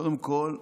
קודם כול,